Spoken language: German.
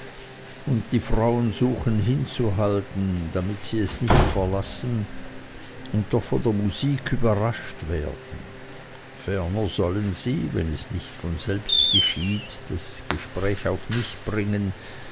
und die frauen suchen hinzuhalten damit sie es nicht verlassen und doch von der musik überrascht werden ferner sollen sie wenn es nicht von selbst geschieht das gespräch auf mich bringen